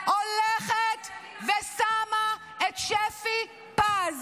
הולכת ושמה את שפי פז,